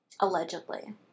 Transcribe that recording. Allegedly